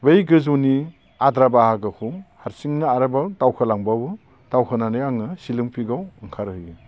बै गोजौनि आद्रा बाहागोखौ हारसिंनो आरोबाव दावखोलांबावो दावखोनानै आङो शिलंनि पिकआव ओंखारहैयो